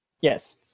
Yes